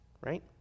right